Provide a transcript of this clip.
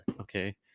Okay